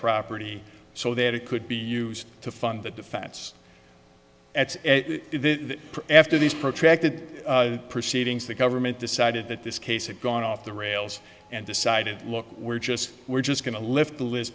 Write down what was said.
property so that it could be used to fund the defense at after these protracted proceedings the government decided that this case of gone off the rails and decided look we're just we're just going to lift